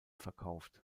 verkauft